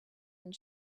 and